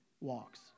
walks